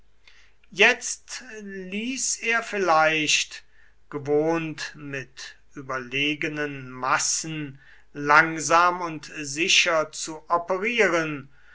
jetzt ließ er vielleicht gewohnt mit überlegenen massen langsam und sicher zu operieren